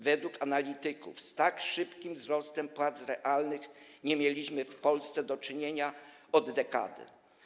Według analityków z tak szybkim wzrostem płac realnych nie mieliśmy w Polsce do czynienia od dekady.